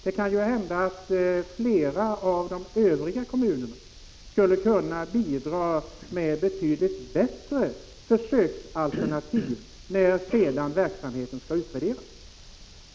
Det kan ju hända att flera av de övriga kommunerna skulle kunna bidra med betydligt bättre försöksalternativ när verksamheten skall utvärderas.